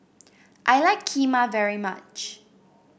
I like Kheema very much